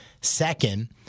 Second